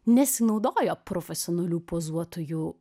nesinaudojo profesionalių pozuotojų